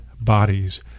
bodies